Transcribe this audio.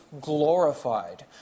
glorified